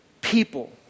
people